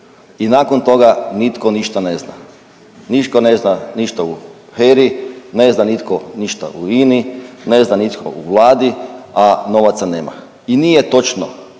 i nakon toga nitko ništa ne zna. Niko ne zna ništa u HERA-i, ne zna nitko ništa u INA-i, ne zna nitko u vladi, a novaca nema. I nije točno,